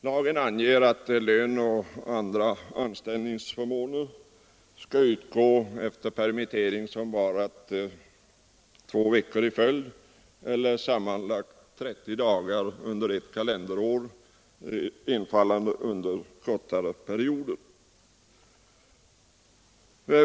Lagen anger att lönen och andra anställningsförmåner skall utgå efter permittering som varat två veckor i följd eller sammanlagt 30 dagar under ett kalenderår, infallande under kortare perioder.